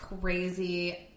crazy